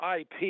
IP